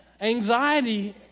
anxiety